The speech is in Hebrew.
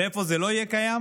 איפה זה לא יהיה קיים?